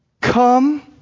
come